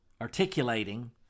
articulating